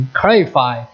clarify